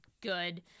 good